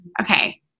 okay